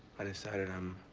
i decided i'm